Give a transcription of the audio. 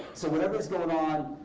so whatever is going on,